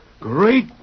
Great